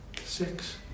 six